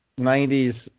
90s